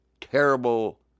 terrible